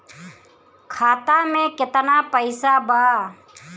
खाता में केतना पइसा बा?